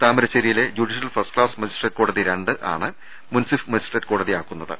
താമരശ്ശേരി യിലെ judicial first class magistrate കോടതി രണ്ട് ആണ് മുൻസിഫ് മജിസ്ട്രേറ്റ് കോടതിയാക്കിയത്